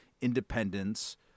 Independence